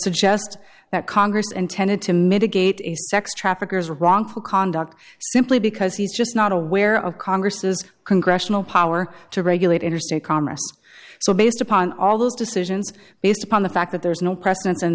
suggest that congress intended to mitigate a sex traffickers wrongful conduct simply because he's just not aware of congress's congressional power to regulate interstate commerce so based upon all those decisions based upon the fact that there's no preceden